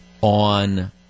on